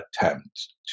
attempt